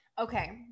Okay